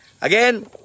Again